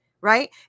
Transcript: Right